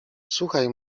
słuchaj